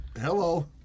Hello